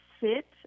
sit